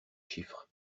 chiffres